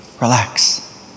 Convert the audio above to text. relax